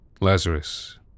Lazarus